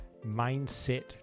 mindset